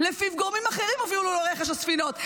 "-- לפיו גורמים אחרים --- הובילו לרכש ספינות".